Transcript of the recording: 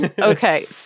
Okay